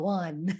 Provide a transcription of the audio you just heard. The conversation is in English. one